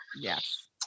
yes